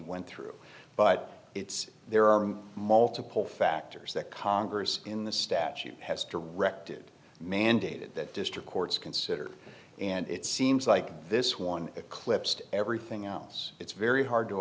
went through but it's there are multiple factors that congress in the statute has directed mandated that district courts consider and it seems like this one it clips to everything else it's very hard to